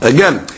Again